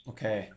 Okay